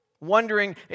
wondering